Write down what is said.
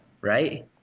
right